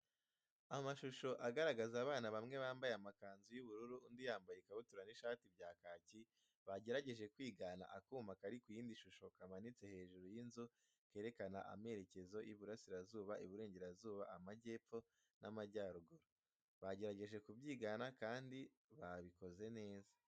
Amashusho agaragaza abana bamwe bambaye amakanzu y'ubururu undi yambaye ikabutura n' ishati bya kaki, bagerageje kwigana akuma kari ku yindi shusho kamanitse hejuru y'inzu kerekana amerekezo Iburasirazuba, Iburengerazuba, Amajyepfo n'Amajyaruguru. Bagerageje kubyigana Kandi nabikoze neza